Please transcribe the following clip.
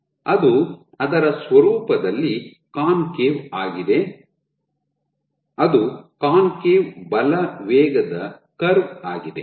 ಅದು ಅದರ ಸ್ವರೂಪದಲ್ಲಿ ಕಾನ್ಕೇವ್ ಆಗಿದೆ ಅದು ಕಾನ್ಕೇವ್ ಬಲ ವೇಗದ ಕರ್ವ್ ಆಗಿದೆ